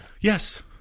Yes